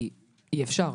כי אי אפשר.